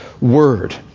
Word